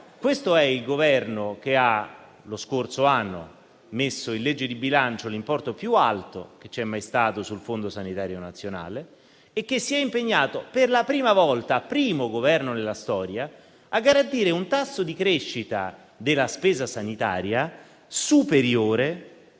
Questo è il Governo che lo scorso anno ha messo in legge di bilancio l'importo più alto che ci sia mai stato sul Fondo sanitario nazionale e che si è impegnato per la prima volta - primo Governo nella storia - a garantire un tasso di crescita della spesa sanitaria superiore